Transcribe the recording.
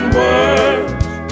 words